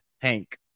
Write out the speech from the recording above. Hank